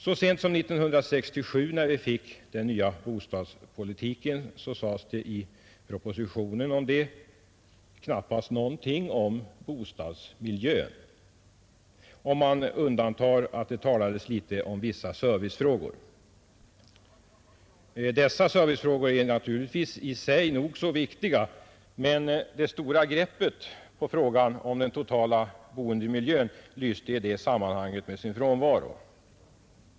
Så sent som 1967, när vi fick den nya bostadspolitiken, sades det i propositionen knappast någonting om bostadsmiljö, om man undantar att det talades litet om vissa servicefrågor. Dessa servicefrågor är naturligtvis i sig nog så viktiga, men det stora greppet på den totala boendemiljön lyste i det sammanhanget med sin frånvaro.